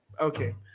Okay